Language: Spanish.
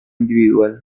individual